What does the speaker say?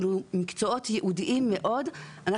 כלומר מקצועות ייעודיים מאוד,